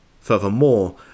Furthermore